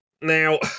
Now